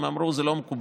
הם אמרו: זה לא מקובל,